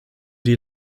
die